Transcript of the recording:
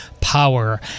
power